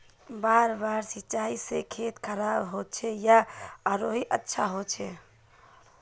बार बार सिंचाई से खेत खराब होचे या आरोहो अच्छा होचए?